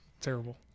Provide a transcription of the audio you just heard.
Terrible